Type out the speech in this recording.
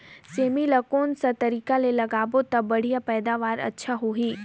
सेमी ला कोन सा तरीका ले लगाबो ता बढ़िया पैदावार अच्छा होही?